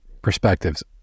Perspectives